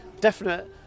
definite